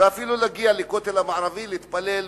ואפילו להגיע לכותל המערבי להתפלל.